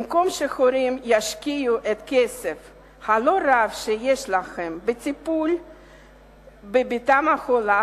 במקום שההורים ישקיעו את הכסף הלא-רב שיש להם בטיפול בבתם החולה,